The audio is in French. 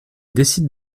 décide